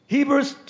Hebrews